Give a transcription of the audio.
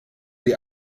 die